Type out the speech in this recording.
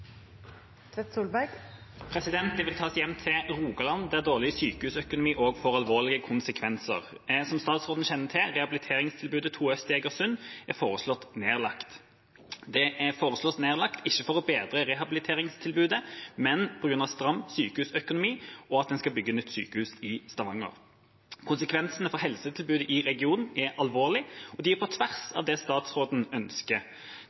vil rette oppmerksomheten mot Rogaland, der dårlig sykehusøkonomi får alvorlige konsekvenser. Som statsråden kjenner til, er rehabiliteringstilbudet 2 Øst i Egersund foreslått nedlagt – ikke for å bedre rehabiliteringstilbudet, men på grunn av stram sykehusøkonomi og at en skal bygge nytt sykehus i Stavanger. Konsekvensene for helsetilbudet i regionen er alvorlige, og de er på tvers av det statsråden ønsker.